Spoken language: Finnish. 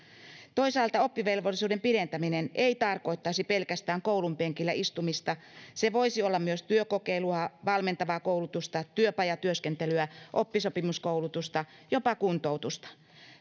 toisaalta oppivelvollisuuden pidentäminen ei tarkoittaisi pelkästään koulun penkillä istumista se voisi olla myös työkokeilua valmentavaa koulutusta työpajatyöskentelyä oppisopimuskoulutusta jopa kuntoutusta